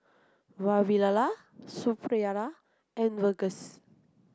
Vavilala Suppiah and Verghese